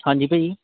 ਹਾਂਜੀ ਭਾਅ ਜੀ